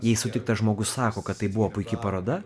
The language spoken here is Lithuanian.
jei sutiktas žmogus sako kad tai buvo puiki paroda